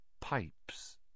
Pipes